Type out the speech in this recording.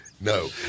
No